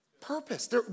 Purpose